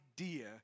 idea